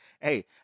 Hey